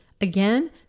Again